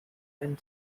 and